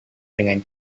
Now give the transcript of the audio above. dengan